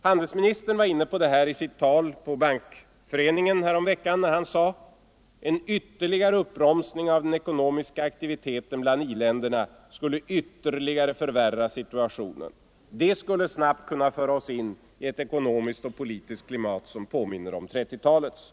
Handelsministern uttryckte samma tanke så här i ett anförande på Svenska bankföreningen häromveckan: ”En ytterligare uppbromsning av den ekonomiska aktiviteten bland i-länderna nästa år skulle ytterligare förvärra situationen. Det skulle snabbt kunna föra oss in i ett ekonomiskt och politiskt klimat, som påminner om 30-talets, ---.